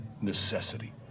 necessity